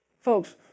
Folks